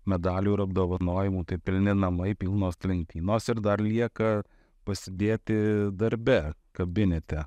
medalių ir apdovanojimų tai pilni namai pilnos lentynos ir dar lieka pasidėti darbe kabinete